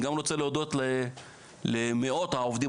אני גם רוצה להודות למאות העובדים